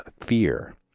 fear